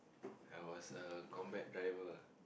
I was a combat driver